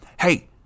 hey